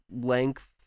length